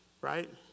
Right